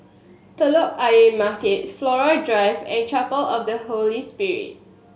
Telok Ayer Market Flora Drive and Chapel of the Holy Spirit